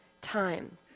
time